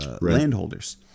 landholders